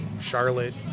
Charlotte